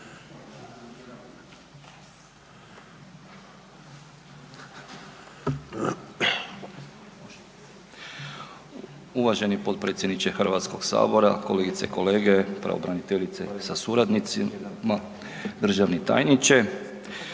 Uvaženi potpredsjedniče HS-a, kolegice i kolege, pravobraniteljice sa suradnicima, državni tajniče.